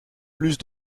plus